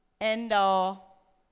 end-all